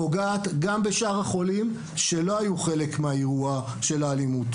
פוגע גם בשאר החולים שלא היו חלק מהאירוע של האלימות.